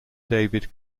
david